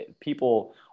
people